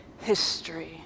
history